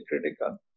critical